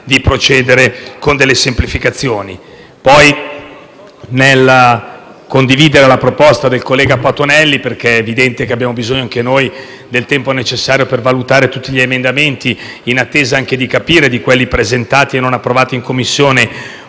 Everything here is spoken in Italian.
di procedere con delle semplificazioni. Condividiamo la proposta del collega Patuanelli perché evidentemente abbiamo bisogno anche noi del tempo necessario per valutare tutti gli emendamenti. In attesa anche di capire quali emendamenti, tra quelli presentati e non approvati nelle Commissioni